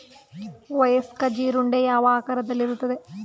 ವಯಸ್ಕ ಜೀರುಂಡೆ ಯಾವ ಆಕಾರದಲ್ಲಿರುತ್ತದೆ?